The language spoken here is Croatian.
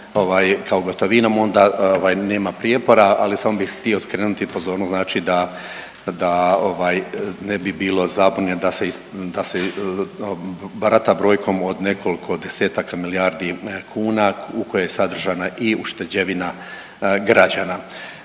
kao gotovinom, onda nema prijepora. Ali samo bih htio skrenuti pozornost znači da ne bi bilo zabune da se barata brojkom od nekoliko desetaka milijardi kuna u koje je sadržana i ušteđevina građana.